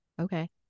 Okay